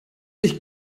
ich